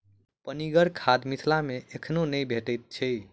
पनिगर खाद मिथिला मे एखनो नै भेटैत छै